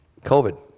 COVID